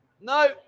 No